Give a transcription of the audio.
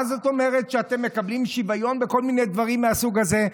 מה זאת אומרת שאתם מקבלים שוויון וכל מיני דברים מהסוג הזה.